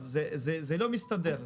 זה לא מסתדר.